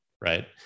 right